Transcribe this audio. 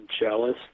jealous